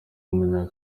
w’umunya